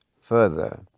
further